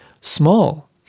small